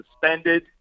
suspended